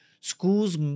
schools